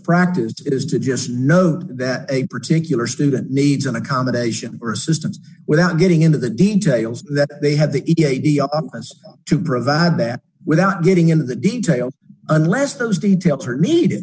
practice is to just know that a particular student needs an accommodation or assistance without getting into the details that they had the e a v up to provide that without getting into the detail unless those details were need